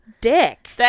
dick